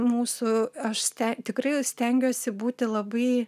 mūsų aš tikrai stengiuosi būti labai